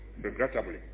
regrettably